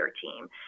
team